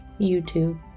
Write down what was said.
youtube